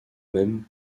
même